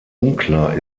unklar